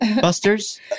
Busters